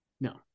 no